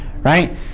Right